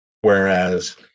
Whereas